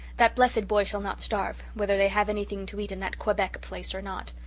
that blessed boy shall not starve, whether they have anything to eat in that quebec place or not.